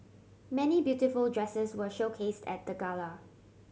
many beautiful dresses were showcase at the gala